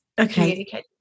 okay